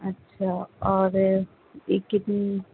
اچھا اور یہ کتنی